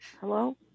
Hello